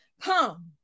come